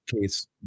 case